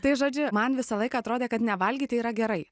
tai žodžiu man visą laiką atrodė kad nevalgyti yra gerai